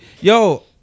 yo